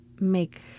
make